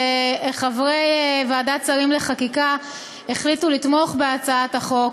חברי ועדת שרים לחקיקה החליטו לתמוך בהצעת החוק.